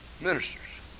ministers